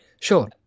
Sure